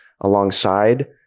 alongside